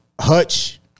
Hutch